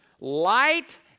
light